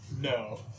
No